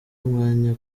umwanya